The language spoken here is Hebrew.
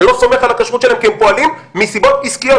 אני לא סומך על הכשרות שלהם כי הם פועלים מסיבות עסקיות.